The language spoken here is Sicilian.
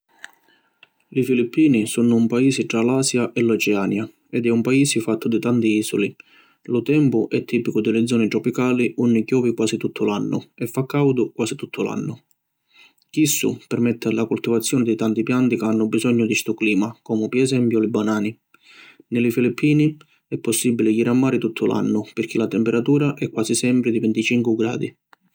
Li Filippini sunnu un paisi tra l’Asia e l’Oceania, ed è un paisi fattu di tanti isuli. Lu tempu è tipicu di li zoni tropicali unni chiovi quasi tuttu l’annu e fa caudu quasi tuttu l’annu. Chissu permetti la cultivazioni di tanti pianti ca hannu bisognu di ‘stu clima comu pi esempiu li banani. Ni li Filippini è possibili jiri a mari tuttu l’annu pirchì la temperatura è quasi sempri di vinticincu gradi.